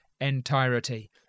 entirety